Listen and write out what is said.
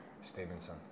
Stevenson